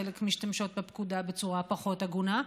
חלק משתמשות בפקודה בצורה פחות הגונה.